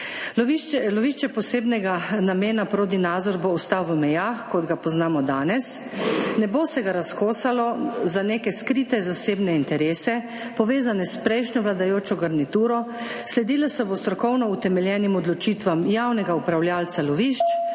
lovišče posebnega namena, Prodi Razor, bo ostal v mejah, kot ga poznamo danes, ne bo se ga razkosalo za neke skrite zasebne interese, povezane s prejšnjo vladajočo garnituro, sledilo se bo strokovno utemeljenim odločitvam javnega upravljavca lovišč